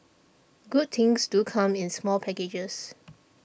good things do come in small packages